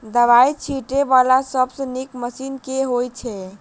दवाई छीटै वला सबसँ नीक मशीन केँ होइ छै?